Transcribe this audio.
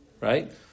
Right